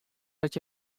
dat